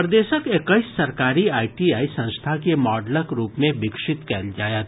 प्रदेशक एक्कैस सरकारी आईटीआई संस्था के मॉडलक रूप मे विकसित कयल जायत